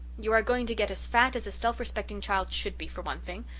you are going to get as fat as a self-respecting child should be, for one thing.